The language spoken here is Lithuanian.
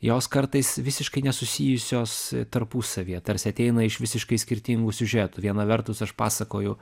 jos kartais visiškai nesusijusios tarpusavyje tarsi ateina iš visiškai skirtingų siužetų viena vertus aš pasakoju